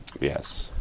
Yes